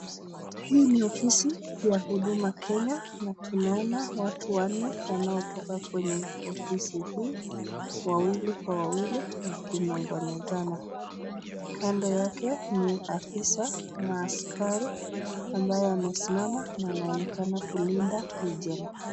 Hii ni ofisi ya huduma kenya, na tunaona watu wanne wanaotoka kweye ofisi hii wawili kwa wawili wakinongonezana. Kando yake ni afisa maaskari ambaye amesimama na anaonekana kulinda huu jengo.